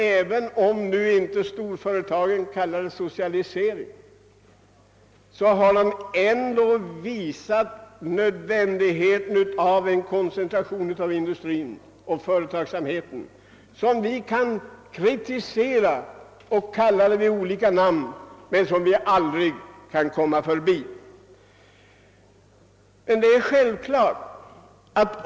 Även om inte storföretagen kallar det socialisering har de ändå visat nödvändigheten av en koncentration av industrin och företagsamheten som vi kan kritisera och kalla vid olika namn men som vi aldrig kan komma förbi.